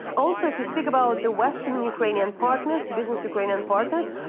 also, if you speak about the western ukrainian partners, business ukrainian partners,